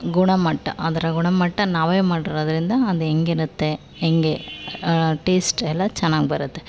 ಗುಣಮಟ್ಟ ಅದರ ಗುಣಮಟ್ಟ ನಾವೇ ಮಾಡಿರೋದರಿಂದ ಅದು ಹೇಗಿರುತ್ತೆ ಹೇಗೆ ಟೇಸ್ಟ್ ಎಲ್ಲ ಚೆನ್ನಾಗ್ ಬರುತ್ತೆ